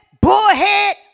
bullhead